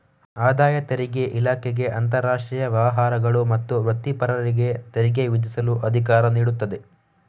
ಆದಾಯ ತೆರಿಗೆ ಇಲಾಖೆಗೆ ಅಂತರಾಷ್ಟ್ರೀಯ ವ್ಯವಹಾರಗಳು ಮತ್ತು ವೃತ್ತಿಪರರಿಗೆ ತೆರಿಗೆ ವಿಧಿಸಲು ಅಧಿಕಾರ ನೀಡುತ್ತದೆ